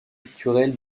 culturelle